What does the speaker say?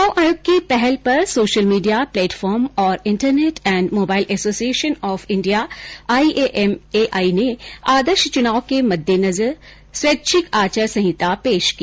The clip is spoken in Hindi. चुनाव आयोग की पहल पर सोशल मीडिया प्लेटफॉर्म और internet and mobile association of India IAMAI ने आदर्श चुनाव के मद्देनजर स्वैच्छिक आचार संहिता पेश की